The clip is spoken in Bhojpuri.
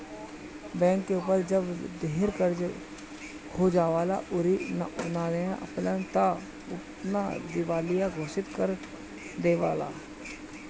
बैंक के ऊपर जब ढेर कर्जा हो जाएला अउरी उ ना दे पाएला त उ अपना के दिवालिया घोषित कर देवेला